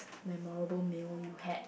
memorable meal you had